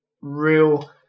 real